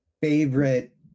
favorite